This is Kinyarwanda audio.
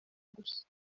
gusa